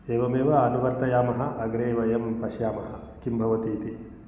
एवमेव अनुवर्तयामः अग्रे वयं पश्यामः किं भवति इति